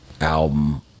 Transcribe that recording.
album